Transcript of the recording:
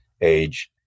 age